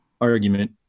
argument